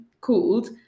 called